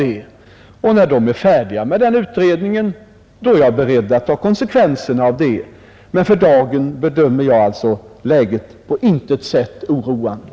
När arbetsgruppen är färdig med denna utredning, är jag beredd att dra konsekvenserna därav, men för dagen bedömer jag läget som på intet sätt oroande.